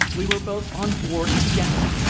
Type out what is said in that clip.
we were both on board together,